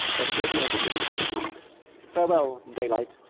then here s an end of me farewell, daylight.